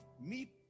meet